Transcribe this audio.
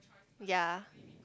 ya